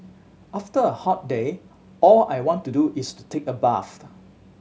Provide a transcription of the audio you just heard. after a hot day all I want to do is to take a bath